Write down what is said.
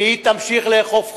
והיא תמשיך לאכוף חוק,